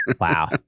wow